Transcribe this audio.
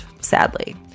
sadly